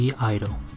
idol